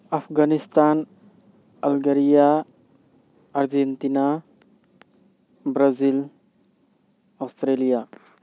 Afghanistan Algeria Argentina Brazil Australia